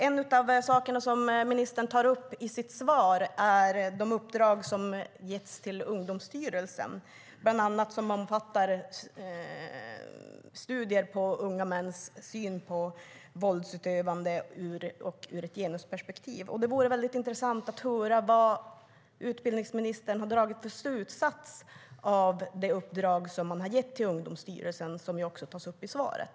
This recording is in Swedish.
En av de saker som ministern tar upp i sitt svar är de uppdrag som har getts till Ungdomsstyrelsen, som bland annat omfattar studier på unga mäns syn på våldsutövande ur ett genusperspektiv. Det vore intressant att höra vilka slutsatser som utbildningsministern har dragit av det uppdrag som har getts till Ungdomsstyrelsen, som också tas upp i svaret.